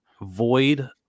void